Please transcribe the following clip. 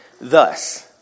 thus